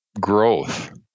growth